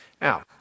Now